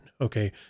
Okay